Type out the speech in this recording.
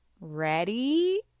ready